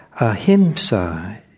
Ahimsa